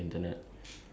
ya that's like